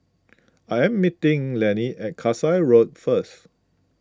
I am meeting Lanny at Kasai Road first